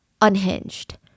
unhinged